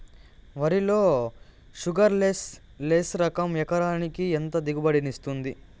వరి లో sugarless less రకం ఎకరాకి ఎంత దిగుబడినిస్తుంది